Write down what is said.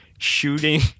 shooting